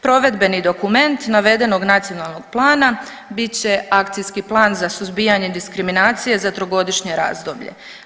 Provedbeni dokument navedenog nacionalnog plana bit će akcijski plan za suzbijanje diskriminacije za trogodišnje razdoblje.